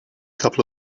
couple